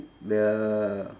the